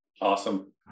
Awesome